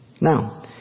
Now